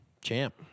Champ